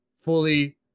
fully